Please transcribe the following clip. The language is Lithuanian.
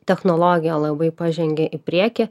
technologija labai pažengė į priekį